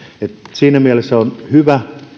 siinä mielessä on hyvä